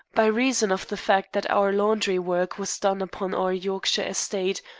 by reason of the fact that our laundry work was done upon our yorkshire estate,